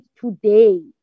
today